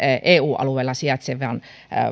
eu alueella sijaitsevaan